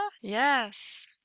Yes